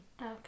okay